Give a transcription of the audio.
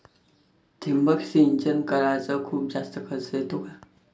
ठिबक सिंचन कराच खूप जास्त खर्च येतो का?